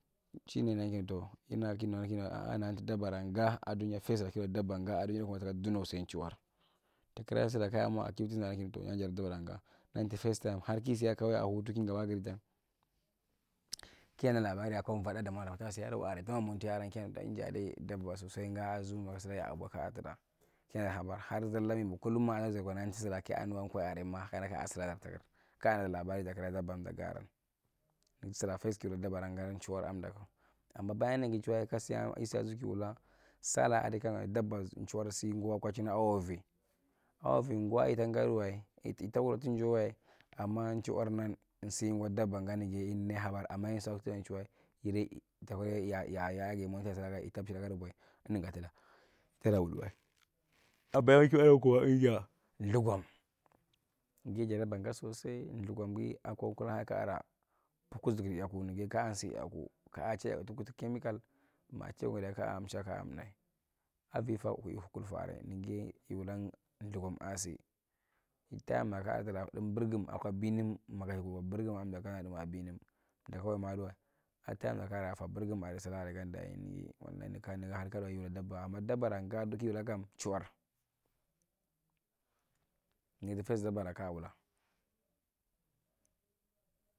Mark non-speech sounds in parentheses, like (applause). Chi nindan kinatow kinualan kinu ki na nigan tu dabbara gaa akwa dunyae first ra kiwula dabba ngaa akwa dunyae kwa sai chinwar takira suraa kaya mwa activities daaran kinu kana nigan jadi dabbara ngaa nahen ti first time har kisia kwa kauyi ki gabbaa girang kaa nan labari akwa voda damo area tasiadi kwa tanwa moti aren kuyar tab inja de dabba sosai ngaa akwa zuu tra kia nadar habar kullum muazigar kwa nigan tisuva kaanuwa ka ko’i area ma kana kaasuladar takir kaa nadar labari takira dabbar dakag’garan nigi ti sira first kiwula dabbara ga chiwur akwa andaku ama bayan nigi chiwae kasia kisaa zuu kiwula saalalladi kama dabbar chiwur si akwa wovi akwa wovi gwa ita ngadiwae it itawuda tinjawaewa ama chiwar dan sei gwa dabba gaadan jaye emdunai habar ama yen ya saba tuka chuhwai iti takuliya yaayegi motor sulaka itap china kada kuwae emdu gatutda (hesitation) lthugwom jaye ja dabba ga sosai lthugom gi akwa kira a kaara puu kuzugur yaku nigi yekaasi yaku kaache yaku tu chemical maache kwa dayi kaamcha kaa kamtdae avi falhu kulfa area nigiye yiwula lthugom a si tayim ra kaala dim birgim akwa binim maka yikwa birgim akwa dakam a binim dakan wai ma duwae a tyim ra ka fabirgim area sula area dan dayi nigi ka hankalawae yiwur sukaa area dan dayi nigi ka hankawai wula nigi yuwala dabba ama dabbara gaa nigi kiwula kwa chiwo nigitu first dabbara kaawula.